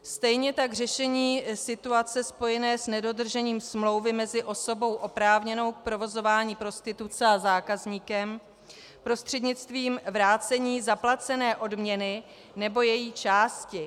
Stejně tak řešení situace spojené s nedodržením smlouvy mezi osobou oprávněnou k provozování prostituce a zákazníkem prostřednictvím vrácení zaplacené odměny nebo její části.